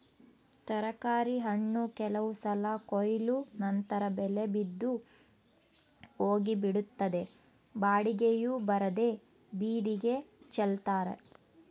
ತರಕಾರಿ ಹಣ್ಣು ಕೆಲವು ಸಲ ಕೊಯ್ಲು ನಂತರ ಬೆಲೆ ಬಿದ್ದು ಹೋಗಿಬಿಡುತ್ತದೆ ಬಾಡಿಗೆಯೂ ಬರದೇ ಬೀದಿಗೆ ಚೆಲ್ತಾರೆ